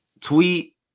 tweet